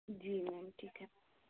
जी ma'am ठीक है